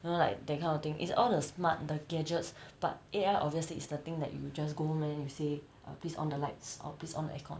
you know like that kind of thing it's all the smart the gadgets but A_I obviously is the thing that you will just go home then you say err please on the lights or please on the aircon